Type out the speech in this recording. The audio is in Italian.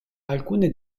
alcune